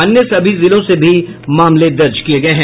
अन्य सभी जिलों से भी मामले दर्ज किये गये हैं